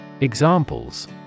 Examples